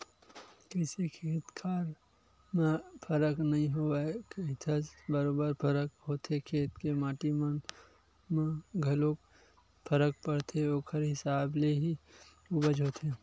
कइसे खेत खार म फरक नइ होवय कहिथस बरोबर फरक होथे खेत के माटी मन म घलोक फरक परथे ओखर हिसाब ले ही उपज होथे